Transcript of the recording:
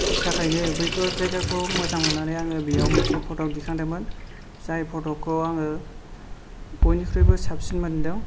थाखैनो बैफोर जायगाखौ मोजां मोननानै आङो बेयाव मोनसे फट' दिखांदोंमोन जाय फट'खौ आङो बयनिख्रुइबो साबसिन मोनदों